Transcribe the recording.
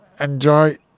enjoy